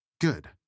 good